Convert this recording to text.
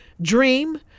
dream